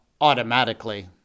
automatically